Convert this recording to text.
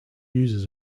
uses